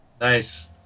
Nice